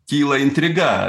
kyla intriga